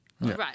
Right